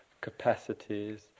capacities